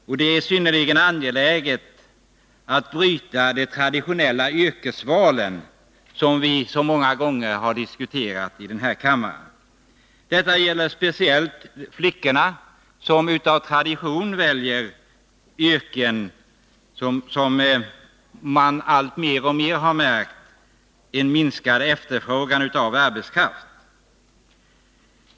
Och det är synnerligen angeläget att bryta de traditionella yrkesvalen, som vi så många gånger har diskuterat i den här kammaren. Det är speciellt flickorna som av tradition väljer yrken där man 61 mer och mer har märkt en minskad efterfrågan på arbetskraft.